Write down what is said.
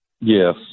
Yes